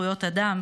זכויות אדם,